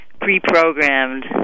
pre-programmed